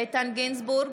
איתן גינזבורג,